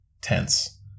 tense